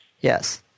Yes